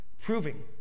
proving